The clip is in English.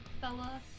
fella